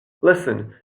listen